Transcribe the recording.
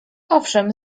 owszem